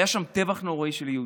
היה שם טבח נוראי של יהודים.